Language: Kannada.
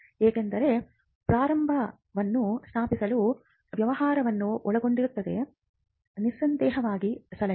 ಏಕೆಂದರೆ ಪ್ರಾರಂಭವನ್ನು ಸ್ಥಾಪಿಸಲು ವ್ಯವಹಾರವನ್ನು ಒಳಗೊಂಡಿರುತ್ತದೆ ನಿಸ್ಸಂದೇಹವಾಗಿ ಸಲಹೆ